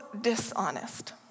dishonest